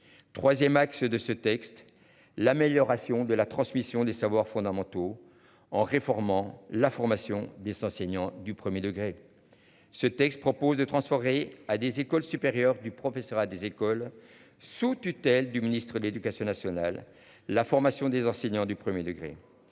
3ème axe de ce texte, l'amélioration de la transmission des savoirs fondamentaux, en réformant la formation des s'enseignants du 1er degré. Ce texte propose de transférer à des écoles supérieures du professorat des écoles sous tutelle du Ministre de l'Éducation nationale, la formation des enseignants du premier degré.